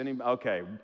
Okay